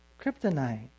Kryptonite